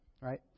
right